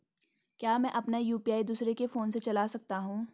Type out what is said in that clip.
क्या मैं अपना यु.पी.आई दूसरे के फोन से चला सकता हूँ?